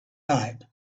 night